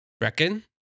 Reckon